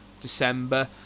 december